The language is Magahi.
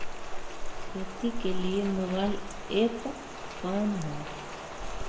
खेती के लिए मोबाइल ऐप कौन है?